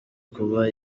kuba